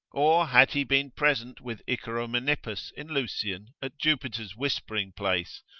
or had he been present with icaromenippus in lucian at jupiter's whispering place,